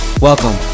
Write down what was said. Welcome